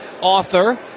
author